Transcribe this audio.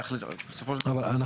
אבל,